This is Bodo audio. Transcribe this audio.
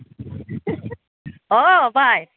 अ बाय